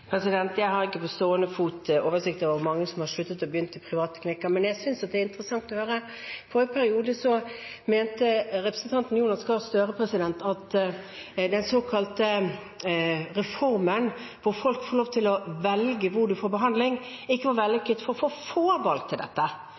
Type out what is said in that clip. Jeg har ikke på stående fot oversikt over hvor mange som har sluttet og begynt i private klinikker, men jeg synes at det er interessant å høre. I forrige periode mente representanten Jonas Gahr Støre at den såkalte reformen, hvor folk får lov til å velge hvor de får behandling, ikke var vellykket fordi for få valgte dette.